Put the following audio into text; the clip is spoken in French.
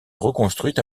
reconstruite